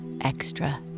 extra